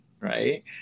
right